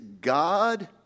God